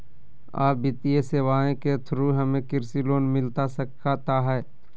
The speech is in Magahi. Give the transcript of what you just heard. आ वित्तीय सेवाएं के थ्रू हमें कृषि लोन मिलता सकता है?